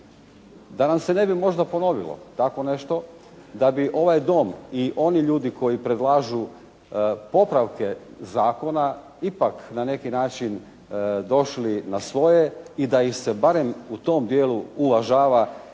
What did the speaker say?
da nam se ne bi možda ponovilo tako nešto da bi ovaj Dom i oni ljudi koji predlažu popravke zakona ipak na neki način došli na svoje i da ih se barem u tom dijelu uvažava je